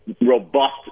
robust